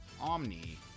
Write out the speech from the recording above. Omni